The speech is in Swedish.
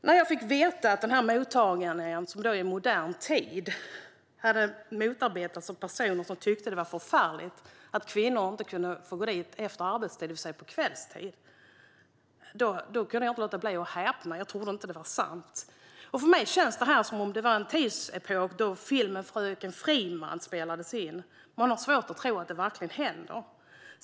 När jag fick veta att den här mottagningen i modern tid hade motarbetats av personer som tyckte att det var förfärligt att kvinnor kunde få gå dit efter arbetstid, det vill säga på kvällstid, kunde jag bara häpna. Jag trodde inte att det var sant. För mig känns det här som den tidsepok då tv-serien Fröken Friman s krig utspelar sig. Man har svårt att tro att det verkligen händer.